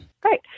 great